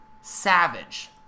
Savage